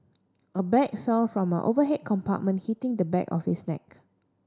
a bag fell from an overhead compartment hitting the back of his neck